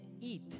eat